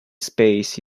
space